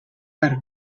per